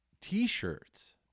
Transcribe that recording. t-shirts